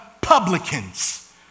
publicans